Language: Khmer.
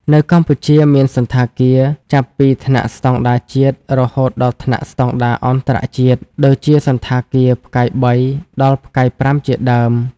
នៅកម្ពុជា មានសណ្ឋាគារចាប់ពីថ្នាក់ស្តង់ដារជាតិរហូតដល់ថ្នាក់ស្ដង់ដារអន្តរជាតិ ដូចជាសណ្ឋាគារ ផ្កាយ៣ ដល់ ផ្កាយ៥ជាដើម។